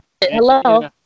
Hello